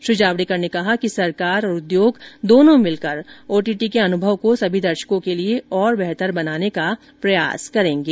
श्री जावडेकर ने कहा कि सरकार और उद्योग दोनों मिलकर ओटीटी के अनुभव को सभी दर्शकों के लिए और बेहतर बनाने का प्रयास करेंगे